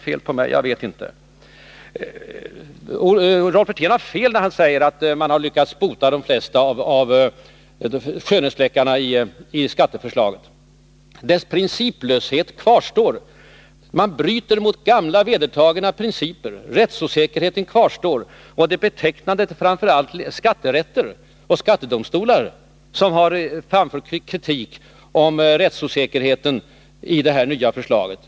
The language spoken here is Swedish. Rolf Wirtén har fel när han säger att man har lyckats ta bort de flesta skönhetsfläckarna i skatteförslaget. Dess principlöshet kvarstår. Man bryter mot gamla vedertagna principer. Rättsosäkerheten kvarstår. Och det är betecknande att det framför allt är skatterätter och skattemyndigheter som har framfört kritik mot rättsosäkerheten i det nya förslaget.